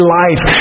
life